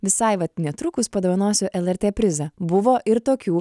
visai vat netrukus padovanosiu lrt prizą buvo ir tokių